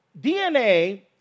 DNA